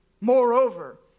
moreover